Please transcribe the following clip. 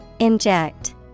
Inject